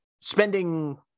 spending